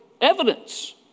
evidence